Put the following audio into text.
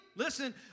Listen